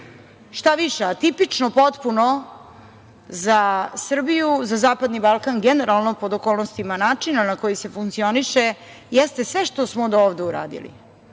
Šta više, atipično potpuno za Srbiju, za zapadni Balkan generalno, pod okolnostima načina na koji se funkcioniše, jeste sve što smo do ovde uradili